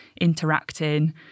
interacting